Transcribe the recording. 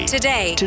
today